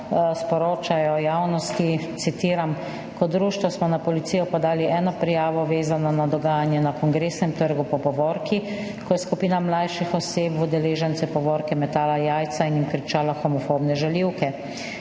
sporočajo javnosti, citiram: »Kot društvo smo na policijo podali eno prijavo, vezano na dogajanje na Kongresnem trgu po povorki, ko je skupina mlajših oseb v udeležence povorke metala jajca in jim kričala homofobne žaljivke.